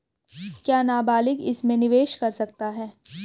क्या नाबालिग इसमें निवेश कर सकता है?